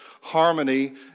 harmony